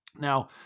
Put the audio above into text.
Now